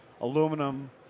aluminum